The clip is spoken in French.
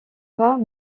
pas